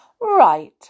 Right